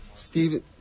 Steven